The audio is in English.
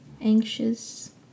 anxious